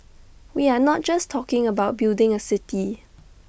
we are not just talking about building A city